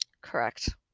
Correct